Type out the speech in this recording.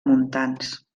muntants